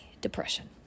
depression